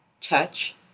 touch